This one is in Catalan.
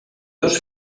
dos